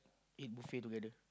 eat buffet together